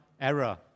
error